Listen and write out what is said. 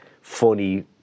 funny